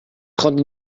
rendez